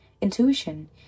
intuition